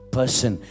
person